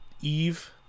Eve